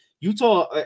Utah –